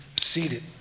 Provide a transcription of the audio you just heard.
seated